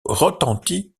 retentit